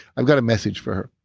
i've got a message for her.